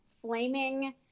flaming